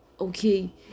okay